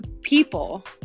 People